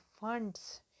funds